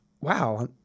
Wow